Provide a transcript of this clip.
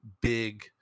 big